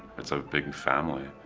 it's a big family.